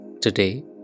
today